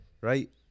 Right